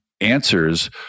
answers